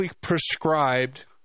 prescribed